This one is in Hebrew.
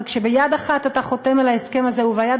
אבל כשביד אחת אתה חותם על ההסכם הזה וביד